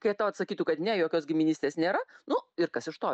kai tau atsakytų kad ne jokios giminystės nėra nu ir kas iš to